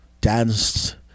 danced